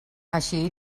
així